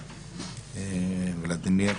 ולדימיר,